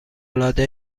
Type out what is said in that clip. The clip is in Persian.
العاده